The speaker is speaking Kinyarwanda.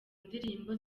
ndirimbo